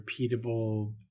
repeatable